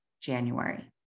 January